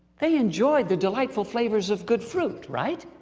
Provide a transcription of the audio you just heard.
they enjoyed the delightful flavors of good fruit. right?